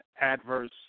adverse